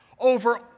Over